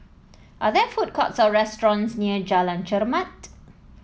are there food courts or restaurants near Jalan Chermat